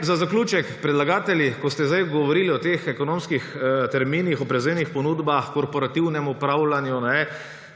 Za zaključek. Predlagatelji, ko ste zdaj govorili o teh ekonomskih terminih, o prevzemnih ponudbah, korporativnem upravljanju.